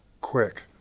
quick